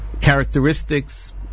characteristics